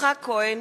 יצחק כהן,